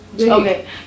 Okay